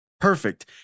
Perfect